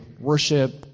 worship